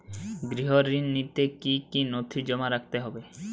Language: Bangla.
গৃহ ঋণ নিতে কি কি নথি জমা রাখতে হবে?